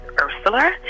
Ursula